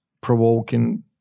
provoking